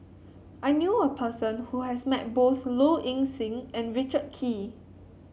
I knew a person who has met both Low Ing Sing and Richard Kee